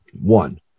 one